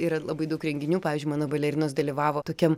yra labai daug renginių pavyzdžiui mano balerinos dalyvavo tokiam